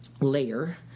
layer